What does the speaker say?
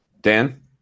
Dan